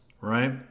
right